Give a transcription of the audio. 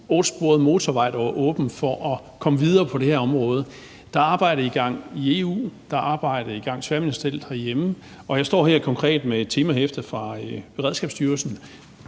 tror jeg, det var, der er åben, for at komme videre på det her område. Der er et arbejde i gang i EU, der er et arbejde i gang tværministerielt herhjemme, og jeg står her konkret med et temahæfte fra Beredskabsstyrelsen,